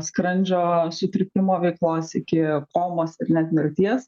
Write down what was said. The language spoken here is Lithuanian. skrandžio sutrikimo veiklos iki komos ir net mirties